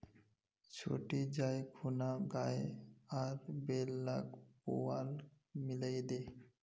छोटी जाइ खूना गाय आर बैल लाक पुआल मिलइ दे